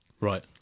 Right